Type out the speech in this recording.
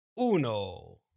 uno